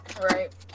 Right